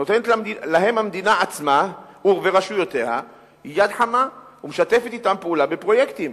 נותנות להם המדינה עצמה ורשויותיה יד חמה ומשתפת אתם פעולה בפרויקטים.